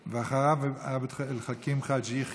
ואחריו, עבד אל חכים חאג' יחיא.